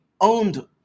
owned